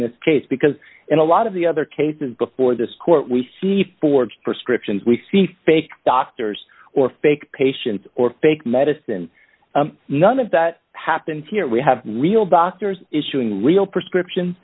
this case because in a lot of the other cases before this court we see for prescriptions we see fake doctors or fake patients or fake medicine none of that happens here we have real doctors issuing real prescriptions